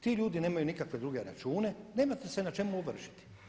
Ti ljudi nemaju nikakve druge račune, nemate se na čemu ovršiti.